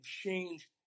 change